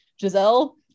Giselle